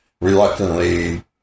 reluctantly